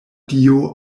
dio